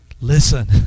Listen